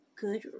good